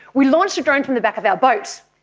we launched a drone from the back of our boat.